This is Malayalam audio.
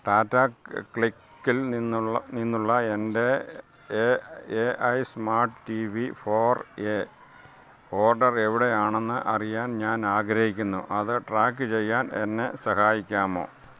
ടാറ്റ ക് ക്ലിക്കിൽ നിന്നുള്ള നിന്നുള്ള എൻ്റെ A A I smart T V four A order എവിടെയാണെന്ന് അറിയാൻ ഞാൻ ആഗ്രഹിക്കുന്നു അത് ട്രാക്ക് ചെയ്യാൻ എന്നെ സഹായിക്കാമോ